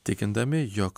tikindami jog